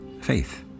faith